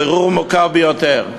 הבירור הוא מורכב ביותר.